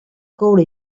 coure